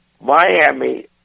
Miami